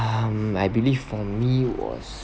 um I believe for me was